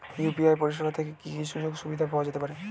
UPI পরিষেবা থেকে কি কি সুযোগ সুবিধা পাওয়া যেতে পারে?